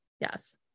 Yes